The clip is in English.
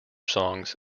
songs